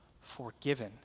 forgiven